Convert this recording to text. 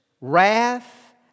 wrath